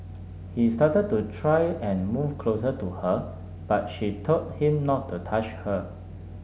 he started to try and move closer to her but she told him not to touch her